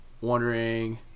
wondering